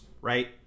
right